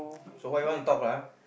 so what you want to talk lah